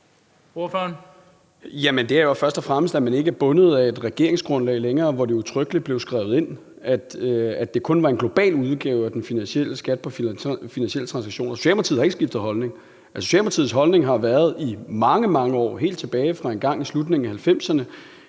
Det er jo først og fremmest, at vi ikke længere er bundet af et regeringsgrundlag, hvor det udtrykkeligt blev skrevet ind, at det kun var en global udgave af skat på finansielle transaktioner. Socialdemokratiet har ikke skiftet holdning, og vores holdning har jo i mange, mange år – helt tilbage fra engang i slutningen af 90'erne